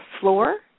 floor